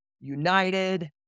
United